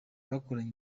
bakoranye